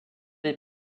est